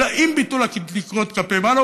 אלא עם ביטול התקרות כלפי מעלה,